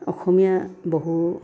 অসমীয়া বহু